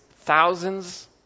thousands